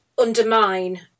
undermine